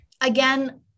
Again